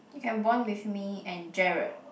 you can bond with me and Gerald